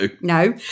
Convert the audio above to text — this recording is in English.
no